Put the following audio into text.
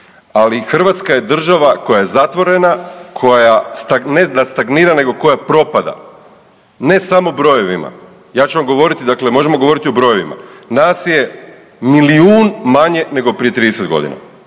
ali Hrvatska je država koja je zatvorena, koja stag, ne da stagnira nego koja propada ne samo brojevima. Ja ću vam govoriti, dakle možemo govoriti o brojevima. Nas je milijun manje nego prije 30.g.,